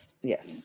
Yes